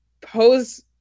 pose